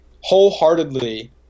wholeheartedly